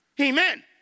Amen